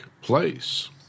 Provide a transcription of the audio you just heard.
place